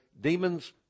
demons